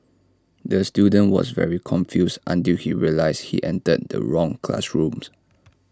the student was very confused until he realised he entered the wrong classrooms